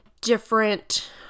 different